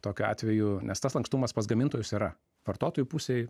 tokiu atveju nes tas lankstumas pas gamintojus yra vartotojų pusėj